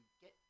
get